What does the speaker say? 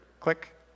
click